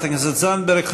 תודה, חברת הכנסת זנדברג.